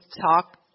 talk